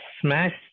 smash